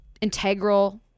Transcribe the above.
integral